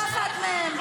לא אחת מהם.